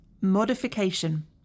modification